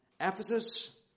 Ephesus